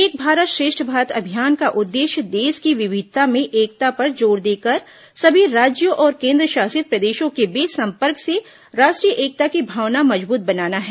एक भारत श्रेष्ठ भारत अभियान का उद्देश्य देश की विविधता में एकता पर जोर देकर सभी राज्यों और केन्द्रशासित प्रदेशों के बीच सम्पर्क से राष्ट्रीय एकता की भावना मजबूत बनाना है